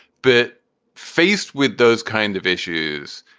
but faced with those kind of issues,